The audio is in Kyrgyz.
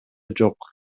жок